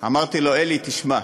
אמרתי לו: אלי, תשמע,